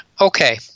Okay